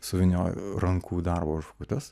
suvyniojo rankų darbo žvakutes